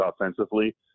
offensively